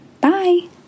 bye